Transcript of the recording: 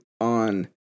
on